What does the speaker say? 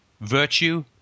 virtue